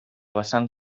vessant